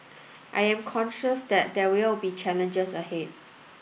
I am conscious that there will be challenges ahead